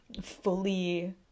fully